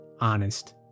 honest